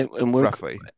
roughly